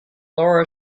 lower